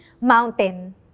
mountain